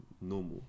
normal